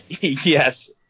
yes